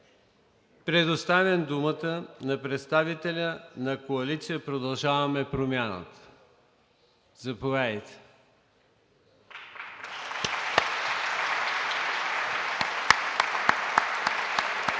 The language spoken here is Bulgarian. Предоставям думата на представителя на Коалиция „Продължаваме Промяната“. Заповядайте.